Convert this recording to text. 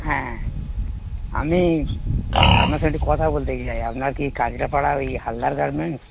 হ্যাঁ আমি আপনার সাথে কথা বলতে আপনার কি কাঁচরাপাড়া ওই হালদার গার্মেন্টস